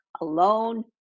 alone